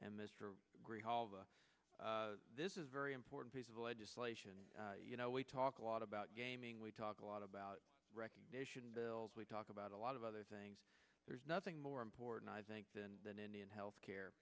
of this is very important piece of legislation you know we talk a lot about gaming we talk a lot about recognition bills we talk about a lot of other things there's nothing more important i think than than any and health care